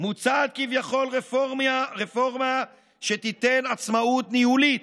מוצעת כביכול רפורמה שתיתן עצמאות ניהולית,